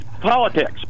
politics